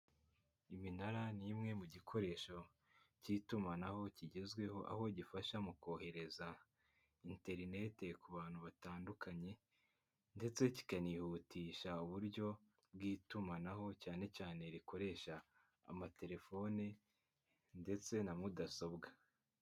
Iminara ni imwe mu gikoresho cy'itumanaho kigezweho, aho gifasha mu kohereza interineti ku bantu batandukanye ndetse kikanihutisha uburyo bw'itumanaho cyane cyane rikoresha amatelefone ndetse na mudasobwa.